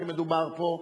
שמדובר פה,